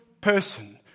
person